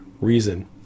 reason